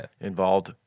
Involved